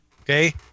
okay